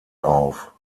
auf